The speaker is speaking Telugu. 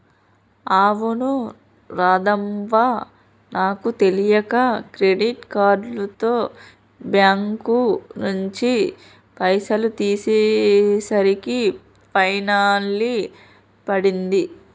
అవును రాధవ్వ నాకు తెలియక క్రెడిట్ కార్డుతో బ్యాంకు నుంచి పైసలు తీసేసరికి పెనాల్టీ పడింది